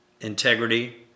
integrity